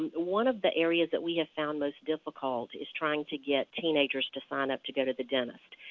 one of the areas that we have found most difficult is trying to get teenagers to sign up to go to the dentist.